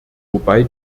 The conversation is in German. wobei